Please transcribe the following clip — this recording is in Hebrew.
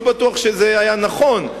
לא בטוח שזה היה נכון.